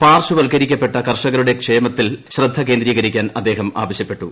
പാർശ്വവൽക്കരിക്കപ്പെട്ട കർഷകരുടെ ക്ഷേമത്തിൽ ശ്രദ്ധ കേന്ദ്രീകരിക്കാൻ അദ്ദേഹം ആവശ്യപ്പെട്ടു